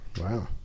Wow